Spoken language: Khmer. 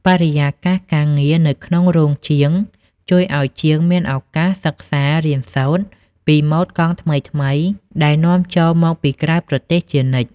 បរិយាកាសការងារនៅក្នុងរោងជាងជួយឱ្យជាងមានឱកាសសិក្សារៀនសូត្រពីម៉ូដកង់ថ្មីៗដែលនាំចូលមកពីក្រៅប្រទេសជានិច្ច។